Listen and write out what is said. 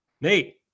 Nate